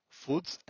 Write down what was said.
foods